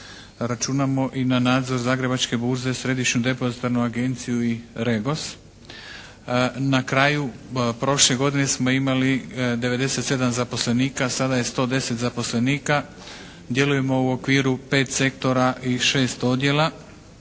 Računamo i na nadzor zagrebačke burze, središnju depozitarnu agenciju i Regos. Na kraju prošle godine smo imali 97 zaposlenika. Sada je 110 zaposlenika. Djelujemo u okviru 5 sektora i 6 odjela.